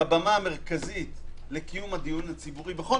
כבמה המרכזית לקיום הדיון הציבורי בכל